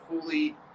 fully